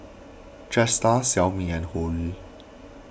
Jetstar Xiaomi and Hoyu